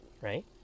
right